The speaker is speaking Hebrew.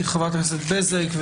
חברת הכנסת בזק,